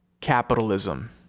capitalism